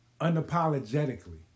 unapologetically